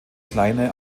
kleine